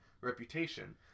reputation